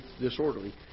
disorderly